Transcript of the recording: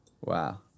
Wow